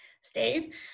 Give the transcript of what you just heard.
Steve